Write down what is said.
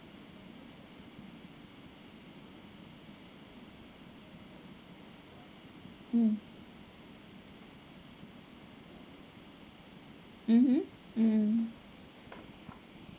mm mmhmm mm